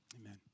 Amen